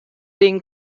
dem